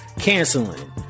canceling